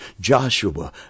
Joshua